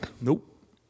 Nope